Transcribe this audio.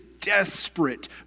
desperate